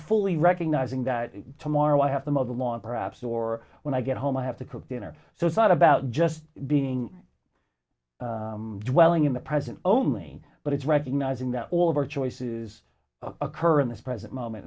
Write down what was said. fully recognizing that tomorrow i have the mother long perhaps or when i get home i have to cook dinner so it's not about just being dwelling in the present only but it's recognizing that all of our choices occur in this present moment